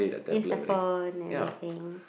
use your phone everything